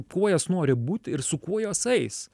kuo jos nori būt ir su kuo jos eis